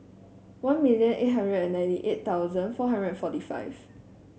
one million eight hundred and ninety eight thousand four hundred and forty five